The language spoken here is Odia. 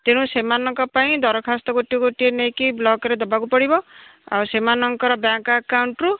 ତେଣୁ ସେମାନଙ୍କ ପାଇଁ ଦରଖାସ୍ତ ଗୋଟେ ଗୋଟେ ନେଇକି ବ୍ଲକ୍ରେ ଦେବାକୁ ପଡ଼ିବ ଆଉ ସେମାନଙ୍କର ବ୍ୟାଙ୍କ୍ ଆକାଉଣ୍ଟ୍ରୁ